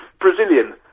Brazilian